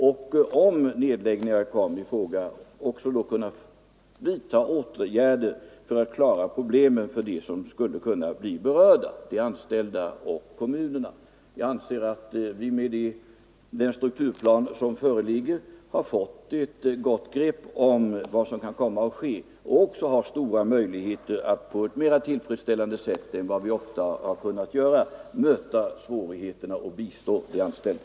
Om = stämmelserna för nedläggningar kom i fråga skulle vi då också kunna vidta åtgärder för — transporter av att klara problemen för dem som kunde bli berörda — de anställda och = farligt gods kommunerna. Jag anser att vi med den strukturplan som föreligger har fått ett gott grepp om vad som kan komma att ske och att vi också har stora möjligheter att på ett mera tillfredsställande sätt än vad som ofta varit fallet kunna möta svårigheterna och bistå de anställda.